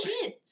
kids